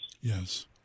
yes